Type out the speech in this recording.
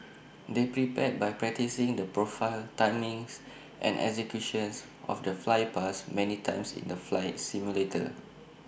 they prepared by practising the profile timings and executions of the flypast many times in the flight simulator